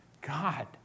God